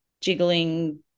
jiggling